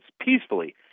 peacefully